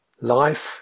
life